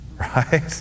Right